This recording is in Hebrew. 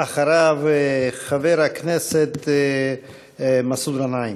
אחריו, חבר הכנסת מסעוד גנאים.